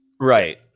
right